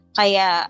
kaya